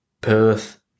Perth